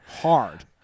hard